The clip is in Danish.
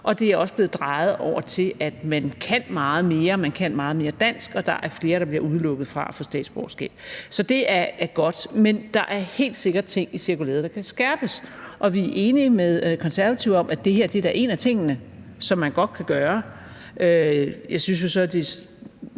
og det er også blevet drejet over til, at man kan meget mere. Man kan meget mere dansk, og der er flere, der bliver udelukket fra at få statsborgerskab. Så det er godt, men der er helt sikkert ting i cirkulæret, der kan skærpes, og vi er enige med Konservative om, at det her da er en af tingene, som man godt kan gøre. Jeg synes jo, at det